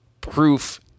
proof